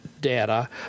data